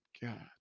God